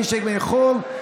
מי שמחו"ל,